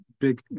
big